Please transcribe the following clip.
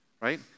right